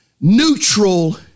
neutral